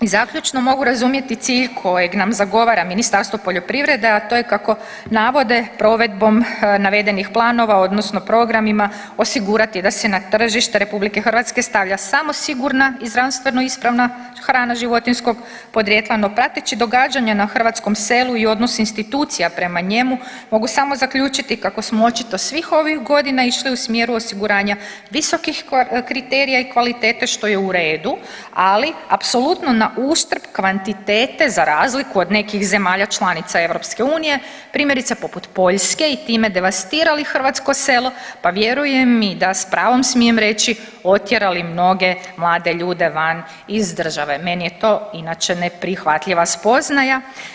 I zaključno, mogu razumjeti cilj kojeg nam zagovara Ministarstvo poljoprivrede, a to je kako navode provedbom navedenih planova odnosno programima osigurati da se na tržište RH stavlja samo sigurna i zdravstveno ispravna hrana životinjskog podrijetla, no prateći događanja na hrvatskom selu i odnos institucija prema njemu mogu samo zaključiti kako smo očito svih ovih godina išli u smjeru osiguranja visokih kriterija i kvalitete što je u redu, ali apsolutno na uštrb kvantitete za razliku od nekih zemalja članica EU, primjerice poput Poljske i time devastirali hrvatsko selo, pa vjerujem i da s pravom smijem reći otjerali mnoge mlade ljude van iz države, meni je to inače neprihvatljiva spoznaja.